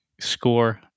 score